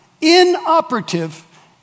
inoperative